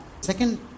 second